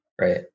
right